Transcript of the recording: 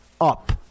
up